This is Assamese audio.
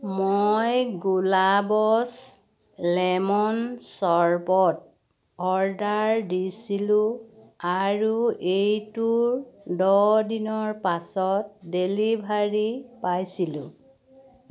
মই গুলাব্ছ লেমন চৰবত অৰ্ডাৰ দিছিলোঁ আৰু এইটোৰ দহ দিনৰ পাছত ডেলিভাৰী পাইছিলোঁ